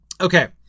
okay